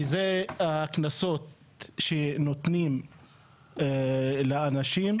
שהוא הקנסות שנותנים לאנשים,